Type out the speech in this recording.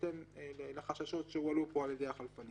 בהתאם לחששות שהועלו פה על ידי החלפנים.